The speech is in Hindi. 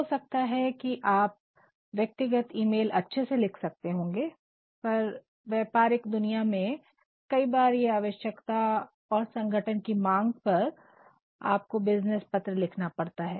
हो सकता है की आप व्यक्तिगत ईमेल अच्छे से लिख सकते होंगे पर व्यापारिक दुनिया में कई बार आवश्यकता और संगठन मांग पर आपको बिज़नेस पत्र लिखना पड़ता है